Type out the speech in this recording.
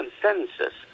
consensus